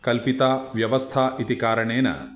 कल्पिता व्यवस्था इति कारणेन